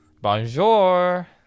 Bonjour